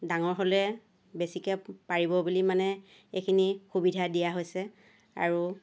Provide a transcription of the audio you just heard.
ডাঙৰ হ'লে বেছিকৈ পাৰিব বুলি মানে এইখিনি সুবিধা দিয়া হৈছে আৰু